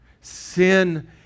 Sin